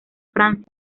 francia